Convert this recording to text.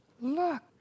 Look